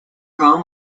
home